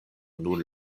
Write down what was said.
nun